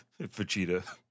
Vegeta